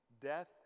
Death